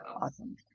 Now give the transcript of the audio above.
Awesome